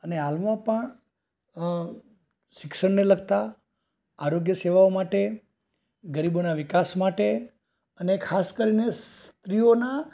અને હાલમાં પણ શિક્ષણને લગતા આરોગ્ય સેવાઓ માટે ગરીબોના વિકાસ માટે અને ખાસ કરીને સ્ત્રીઓના